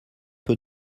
peu